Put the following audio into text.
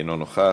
אינו נוכח.